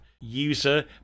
user